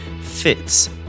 fits